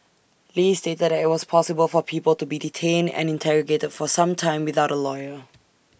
li stated that IT was possible for people to be detained and interrogated for some time without A lawyer